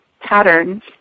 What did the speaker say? patterns